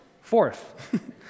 fourth